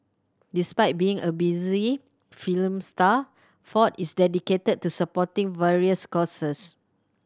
despite being a busy film star Ford is dedicated to supporting various causes